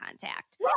contact